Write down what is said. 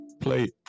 play